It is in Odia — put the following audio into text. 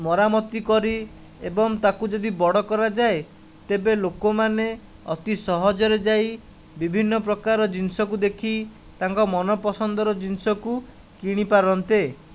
ମରାମତି କରି ଏବଂ ତାକୁ ଯଦି ବଡ଼ କରାଯାଏ ତେବେ ଲୋକମାନେ ଅତି ସହଜରେ ଯାଇ ବିଭିନ୍ନ ପ୍ରକାର ଜିନିଷକୁ ଦେଖି ତାଙ୍କ ମନପସନ୍ଦର ଜିନିଷକୁ କିଣିପାରନ୍ତେ